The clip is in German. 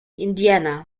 indiana